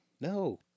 No